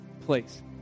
place